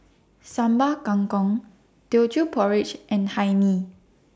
Sambal Kangkong Teochew Porridge and Hae Mee